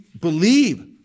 believe